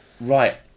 Right